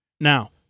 Now